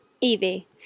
Evie